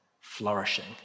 flourishing